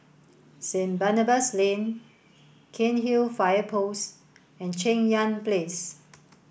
Saint Barnabas Lane Cairnhill Fire Post and Cheng Yan Place